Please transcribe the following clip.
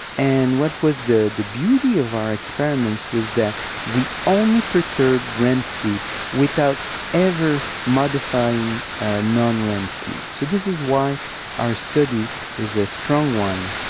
and what was the the beauty of our experiments was that we only perturbed rem sleep without ever modifying ah non-rem sleep. so this is why our study is a strong one,